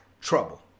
trouble